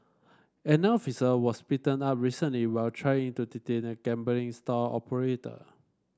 an officer was beaten up recently while trying to detain a gambling stall operator